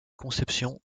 conception